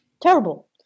terrible